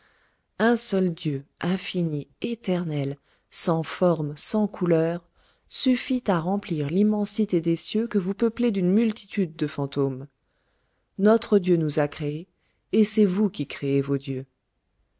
un seul dieu infini éternel sans forme sans couleur suffit à remplir l'immensité des cieux que vous peuplez d'une multitude de fantômes notre dieu nous a créés et c'est vous qui créez vos dieux